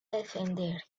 descender